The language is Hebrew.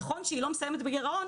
נכון שהיא לא מסיימת בגירעון,